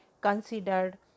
Considered